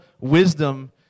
wisdom